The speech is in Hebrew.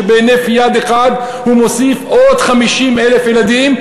שבהינף יד אחד הוא מוסיף עוד 50,000 ילדים,